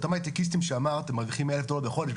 אותם הייטקיסטים שאמרת מרוויחים 100,000 דולר בחודש,